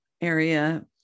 area